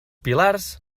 pilars